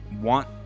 want